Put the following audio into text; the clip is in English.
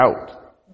out